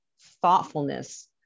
thoughtfulness